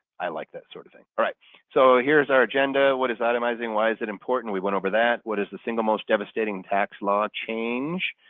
i like that sort of thing. alright so here's our agenda. what is itemizing? why is it important? we went over that. what is the single most devastating tax law change?